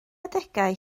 adegau